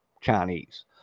chinese